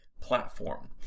platform